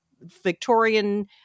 Victorian